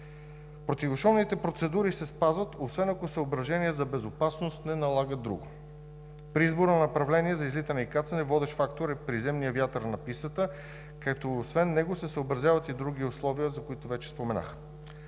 Противошумните процедури се спазват, освен ако съображения за безопасност не налагат друго. При избора на направление за излитане и кацане водещ фактор е приземният вятър на пистата, като освен него се съобразяват и други условия, за които вече споменах.